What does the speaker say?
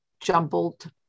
jumbled